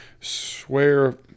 Swear